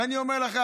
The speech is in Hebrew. ואני אומר לך,